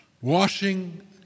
washing